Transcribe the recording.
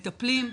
מטפלים,